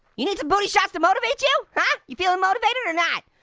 you need some booty shots to motivate you, huh? you feeling motivated, or not?